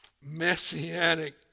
messianic